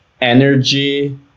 energy